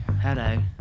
Hello